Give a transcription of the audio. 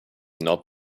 not